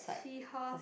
see her